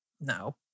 No